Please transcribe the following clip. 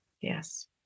Yes